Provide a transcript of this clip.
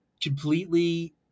completely